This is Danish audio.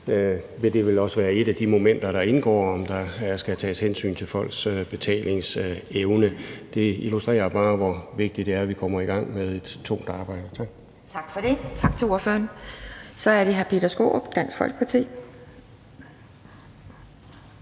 vel også er et af de momenter, der indgår – tages hensyn til folks betalingsevne. Det illustrerer bare, hvor vigtigt det er, at vi kommer i gang med et tungt arbejde. Kl. 12:32 Anden næstformand (Pia Kjærsgaard): Tak for det. Tak til ordføreren. Så er det hr. Peter Skaarup, Dansk Folkeparti.